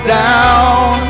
down